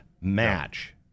match